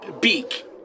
Beak